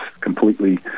completely